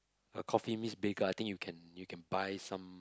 uh coffee meets bagel I think you can you can buy some